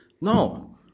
No